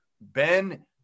Ben